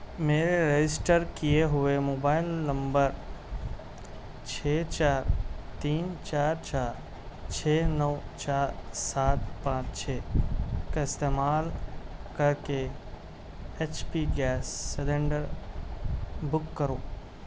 میرے رجسٹر کیے ہوئے موبائل نمبر چھ چار تین چار چار چھ نو چار سات پانچ چھ کا استعمال کر کے H P gas cylinder book کرو